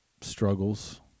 struggles